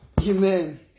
Amen